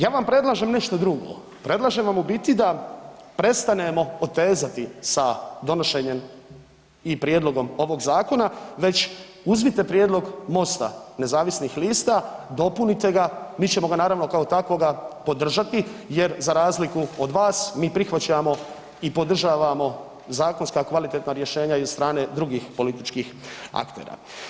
Ja vam predlažem nešto drugo, predlažem vam u biti da prestanemo otezati sa donošenjem i prijedlogom ovog zakona već uzmite prijedlog MOST-a nezavisnih lista, dopunite ga, mi ćemo ga naravno kao takvoga podržati, jer za razliku od vas mi prihvaćamo i podržavamo zakonska kvalitetna rješenja i od strane drugih političkih aktera.